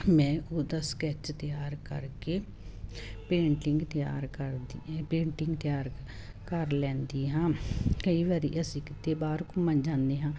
ਮੈਂ ਉਹਦਾ ਸਕੈਚ ਤਿਆਰ ਕਰਕੇ ਪੇਂਟਿੰਗ ਤਿਆਰ ਕਰਦੀ ਹਾਂ ਪੇਟਿੰਗ ਤਿਆਰ ਕਰ ਲੈਂਦੀ ਹਾਂ ਕਈ ਵਾਰ ਅਸੀਂ ਕਿਤੇ ਬਾਹਰ ਘੁੰਮਣ ਜਾਂਦੇ ਹਾਂ